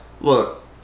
look